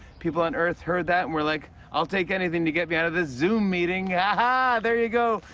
people on earth heard that and were like, i'll take anything to get me out of this zoom meeting. ha ha! there you go.